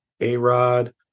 A-Rod